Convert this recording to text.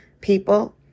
people